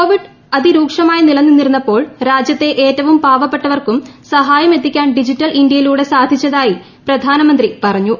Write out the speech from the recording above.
Covid അതി രൂക്ഷമായി നിലനിന്നിരുന്നപ്പോൾ രാജ്യത്തെ ഏറ്റവും പാവപ്പെട്ടവർക്കും സഹായമെത്തിക്കാൻ ഡിജിറ്റൽ ഇന്ത്യയിലൂടെ സാധിച്ചതായി പ്രധാനമന്ത്രി പറഞ്ഞു